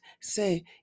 say